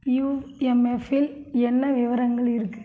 UMF இல் என்ன விவரங்கள் இருக்கு